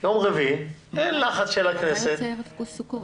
לחץ של הכנסת.